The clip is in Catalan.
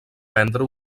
prendre